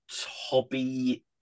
hobby